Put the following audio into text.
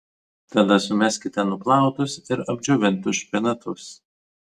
tada sumeskite nuplautus ir apdžiovintus špinatus